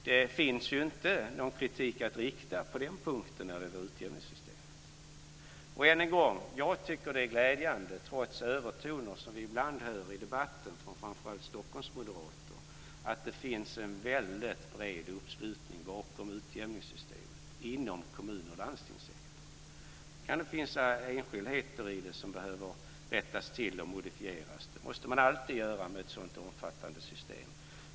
Det finns ju inte någon kritik att rikta på den punkten när det gäller utjämningssystemet. Än en gång tycker jag att det är glädjande, trots övertoner som vi ibland hör i debatten från framför allt Stockholmsmoderater, att det finns en väldigt bred uppslutning bakom utjämningssystemet inom kommun och landstingssektorn. Det kan finnas enskildheter i det som behöver rättas till och modifieras. Det måste man alltid göra med ett sådant omfattande system.